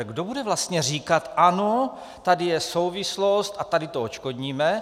Kdo bude vlastně říkat ano, tady je souvislost a tady to odškodníme?